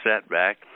setback